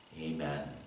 Amen